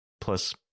plus